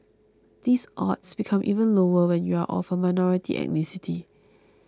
these odds become even lower when you are of a minority ethnicity